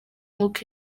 nk’uko